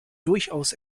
durchaus